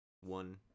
One